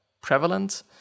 prevalent